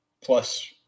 plus